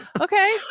okay